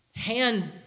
Hand